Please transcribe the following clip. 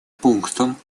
пунктам